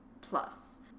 plus